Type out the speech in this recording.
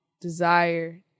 desire